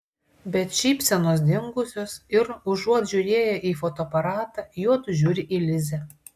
bet šypsenos dingusios ir užuot žiūrėję į fotoaparatą juodu žiūri į lizę